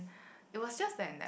it was just an